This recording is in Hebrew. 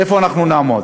איפה אנחנו נעמוד?